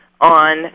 on